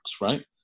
right